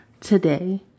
today